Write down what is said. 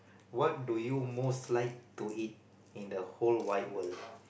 what do you most like to eat in the whole wide world